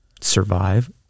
survive